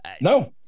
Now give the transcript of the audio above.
No